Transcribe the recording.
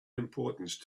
importance